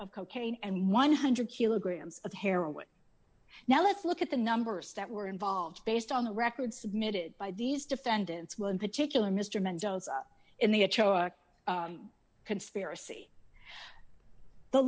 of cocaine and one hundred kilograms of heroin now let's look at the numbers that were involved based on the record submitted by these defendants one particular mr mendoza in the conspiracy the